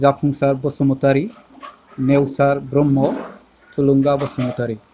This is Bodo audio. जाफुंसार बसुमतारि नेवसार ब्रह्म थुलुंगा बसुमतारि